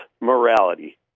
morality